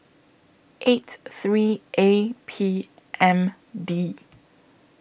eight three A P M D